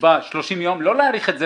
שנקבע 30 יום ולא להאריך את זה